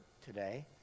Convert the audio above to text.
today